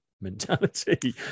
mentality